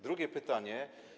Drugie pytanie.